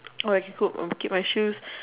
I can put uh keep my shoes